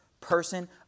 person